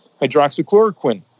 hydroxychloroquine